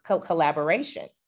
collaboration